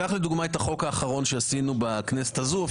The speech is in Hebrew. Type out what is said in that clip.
קח לדוגמה את החוק האחרון שעשינו בכנסת הזו,